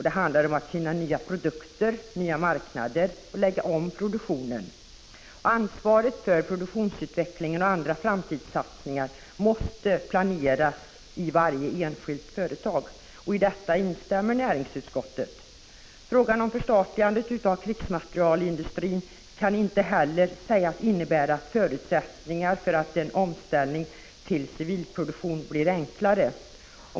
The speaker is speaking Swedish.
Det handlar om att finna nya produkter och nya marknader samt om att lägga om produktionen. Ansvaret för produktutveckling och andra framtidssatsningar — och därmed även planeringen — måste ligga på varje enskilt företag. I detta instämmer näringsutskottet. Vidare kan inte frågan om ett förstatligande av krigsmaterielindustrin sägas innebära att förutsättningarna för en omställning till civil produktion blir större.